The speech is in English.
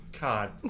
God